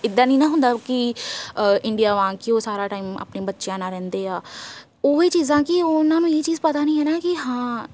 ਇੱਦਾਂ ਨਹੀਂ ਨਾ ਹੁੰਦਾ ਕਿ ਇੰਡੀਆ ਵਾਂਗ ਕਿ ਉਹ ਸਾਰਾ ਟਾਈਮ ਆਪਣੇ ਬੱਚਿਆਂ ਨਾਲ ਰਹਿੰਦੇ ਆ ਉਹ ਵੀ ਚੀਜ਼ਾਂ ਕਿ ਉਹਨਾਂ ਨੂੰ ਇਹ ਚੀਜ਼ ਪਤਾ ਨਹੀਂ ਨਾ ਕਿ ਹਾਂ